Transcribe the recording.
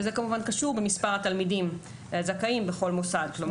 שזה כמובן קשור במספר התלמידים הזכאים בכל מוסד.